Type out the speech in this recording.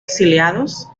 exiliados